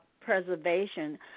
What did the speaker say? preservation